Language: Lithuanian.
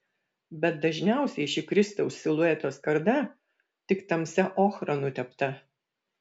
bet dažniausiai ši kristaus silueto skarda tik tamsia ochra nutepta